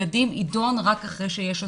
של ילדים יידון רק אחרי שיש אסונות.